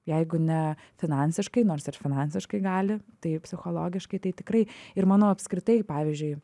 jeigu ne finansiškai nors ir finansiškai gali tai psichologiškai tai tikrai ir mano apskritai pavyzdžiui